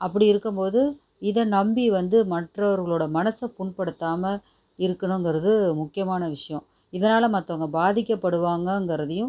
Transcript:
அப்படி இருக்கும் போது இதை நம்பி வந்து மற்றவர்களுடைய மனசை புண்படுத்தாமல் இருக்கணுங்கிறது முக்கியமான விஷயம் இதனால் மற்றவங்க பாதிக்க படுவாங்கள் இங்கேறதையும்